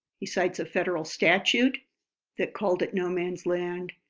he cites a federal statute that called it no-man's land,